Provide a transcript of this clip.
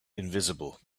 invisible